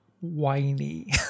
whiny